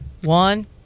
one